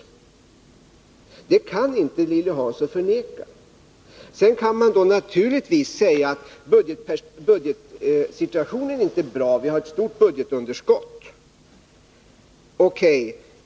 Det borde inte Lilly Hansson kunna förneka. Sedan kan man naturligtvis säga att budgetsituationen inte är bra och att vi har ett stort budgetunderskott. O.K.